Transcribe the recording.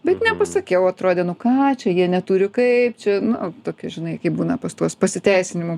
bet nepasakiau atrodė nu ką čia jie neturi kaip čia nu tokia žinai kaip būna pas tuos pasiteisinimų